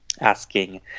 asking